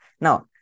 now